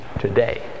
today